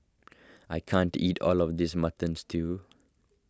I can't eat all of this Mutton Stew